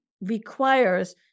requires